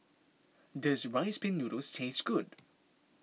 does Rice Pin Noodles taste good